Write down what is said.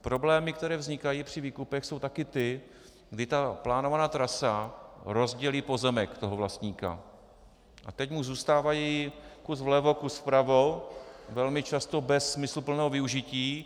Problémy, které vznikají při výkupech, jsou také ty, kdy plánovaná trasa rozdělí pozemek toho vlastníka, a teď mu zůstává kus vlevo a kus vpravo, velmi často bez smysluplného využití.